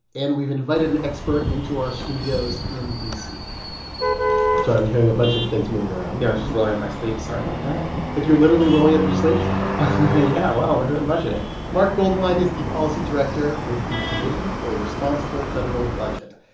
and we've invited an expert into our studios in d c. sorry, i'm hearing a bunch of things moving around yeah, i was just rolling up my sleeves. sorry about that like, you're literally rolling up your sleeves yeah, well, we're doing budgeting marc goldwein is the policy director with the committee for a responsible federal budget.